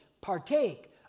partake